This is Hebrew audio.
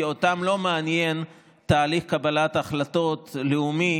כי אותם לא מעניין תהליך קבלת החלטות לאומי